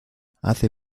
hace